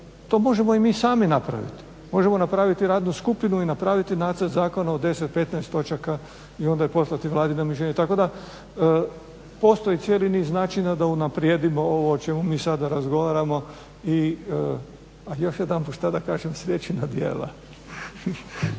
to možemo i mi sami napraviti. Možemo napraviti radnu skupinu i napraviti nacrt zakona u 10-15 točaka i onda je poslati Vladi na mišljenje. Tako da postoji cijeli niz načina da unaprijedimo ovo o čemu mi sada razgovaramo. A još jedanput šta da kažem … djela.